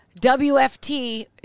WFT